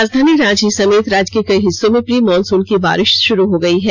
राजधानी रांची समेत राज्य के कई हिस्सों में प्री मानसून की बारिष शुरू हो गई है